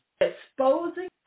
exposing